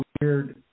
weird